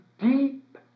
deep